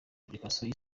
application